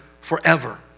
forever